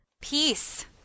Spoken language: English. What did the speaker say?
Peace